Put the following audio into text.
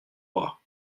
bras